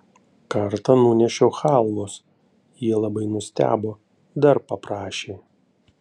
kartą nunešiau chalvos jie labai nustebo dar paprašė